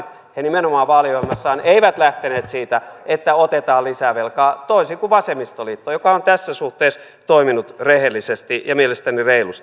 he nimenomaan vaaliohjelmassaan eivät lähteneet siitä että otetaan lisää velkaa toisin kuin vasemmistoliitto joka on tässä suhteessa toiminut rehellisesti ja mielestäni reilusti